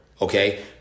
Okay